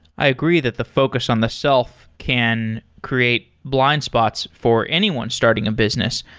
i agree that the focus on the self can create blind spots for anyone starting a business.